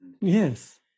Yes